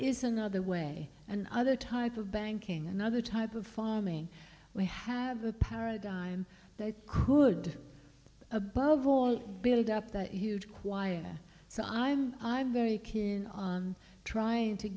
is another way and other type of banking another type of farming we have a paradigm that could above all build up that quiet so i'm i'm very keen on trying to